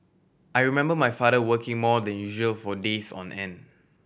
I remember my father working more than usual for days on end